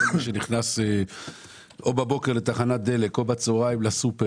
מי נכנס או בבוקר לתחנת דלק או בצהריים לסופר